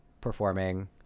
performing